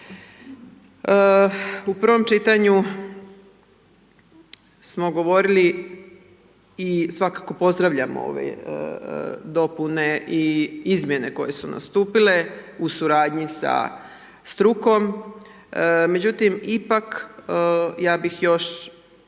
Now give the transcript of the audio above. U prvom čitanju smo govorili i svakako pozdravljamo ove dopune i izmjene koje su nastupile u suradnji sa strukom međutim ipak ja bih još